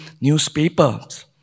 newspapers